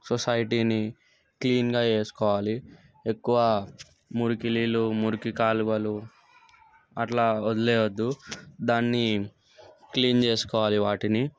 సొసైటీని క్లీన్గా చేసుకోవాలి ఎక్కువ మురికి నీళ్ళు మురికి కాలువలు అలా వదిలేయొద్దు దాన్ని క్లీన్ చేసుకోవాలి వాటిని